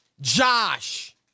Josh